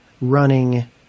running